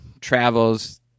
travels